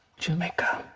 jamaica